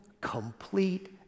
complete